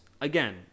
Again